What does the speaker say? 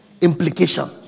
implication